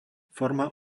forma